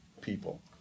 people